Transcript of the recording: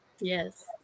Yes